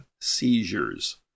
seizures